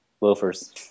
loafers